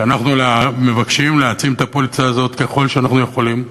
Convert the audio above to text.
ואנחנו מבקשים להעצים את הפוליסה הזאת ככל שאנחנו יכולים בחיינו,